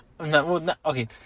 Okay